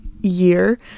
year